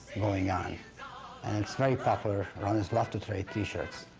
going on. and it's very proper. runners love to trade t-shirts.